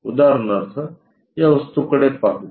उदाहरणार्थ या वस्तूकडे पाहू